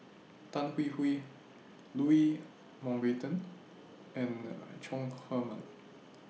Tan Hwee Hwee Louis Mountbatten and An Chong Heman